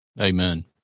Amen